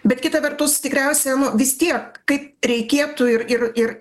bet kita vertus tikriausia vis tiek kaip reikėtų ir ir ir